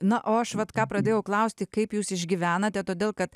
na o aš vat ką pradėjau klausti kaip jūs išgyvenate todėl kad